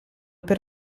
per